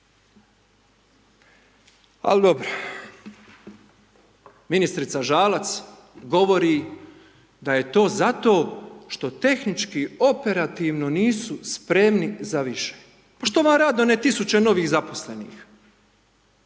Al dobro. Ministrica Žalac govori da je to zato što tehnički operativno nisu spremni za više. Pa što vam rade one tisuće novih zaposlenih?